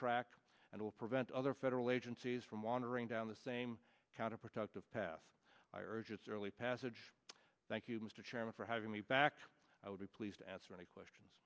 track and will prevent other federal agencies from wandering down the same counterproductive path i urge its early passage thank you mr chairman for having me back i would be pleased to answer any questions